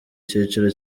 cyiciro